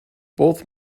both